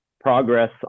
progress